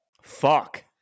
Fuck